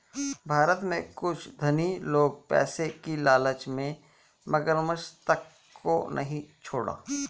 भारत में कुछ धनी लोग पैसे की लालच में मगरमच्छ तक को नहीं छोड़ा